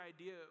idea